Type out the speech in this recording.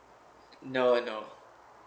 no ah no